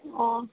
अँ